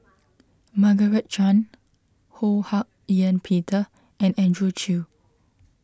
Margaret Chan Ho Hak Ean Peter and Andrew Chew